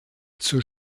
zur